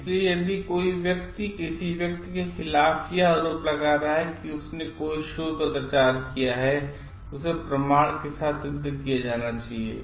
इसलिए यदि कोई व्यक्ति किसी व्यक्ति के खिलाफ यह आरोप लगा रहा है कि उसने कोई शोध कदाचार किया है तो उसे प्रमाण के साथ सिद्ध किया जाना चाहिए